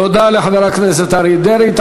תודה לחבר הכנסת אריה דרעי.